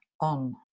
on